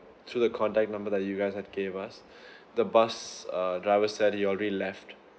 through the contact number that you guys had gave us the bus uh driver said he already left